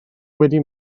wedi